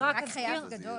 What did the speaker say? רק חייב גדול.